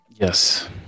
Yes